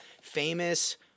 famous